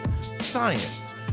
science